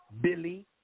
Billy